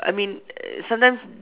I mean err sometimes do